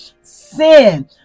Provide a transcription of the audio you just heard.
sin